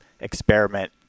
experiment